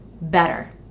better